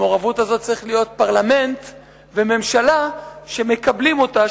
למעורבות הזאת צריך להיות פרלמנט וממשלה שמקבלים אותה,